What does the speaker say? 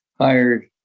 hired